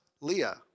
Leah